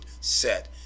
set